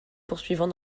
poursuivants